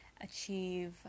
achieve